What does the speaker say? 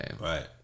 Right